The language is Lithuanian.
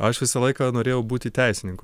aš visą laiką norėjau būti teisininku